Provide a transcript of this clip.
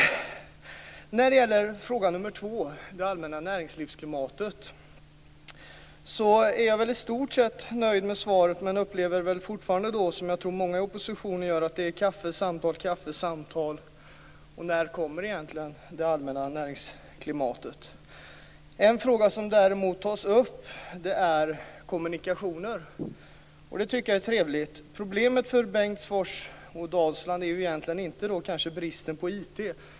När det gäller frågan nummer två om det allmänna näringslivsklimatet är jag i stort sett nöjd med svaret men upplever fortfarande, som jag tror att många i oppositionen gör, att det är kaffe och samtal, och kaffe och samtal. När kommer egentligen en förbättring av det allmänna näringslivsklimatet? En fråga som däremot tas upp är kommunikationer. Det tycker jag är trevligt. Problemet för Bengtsfors och Dalsland är egentligen inte bristen på IT.